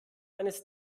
eines